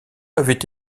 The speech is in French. avait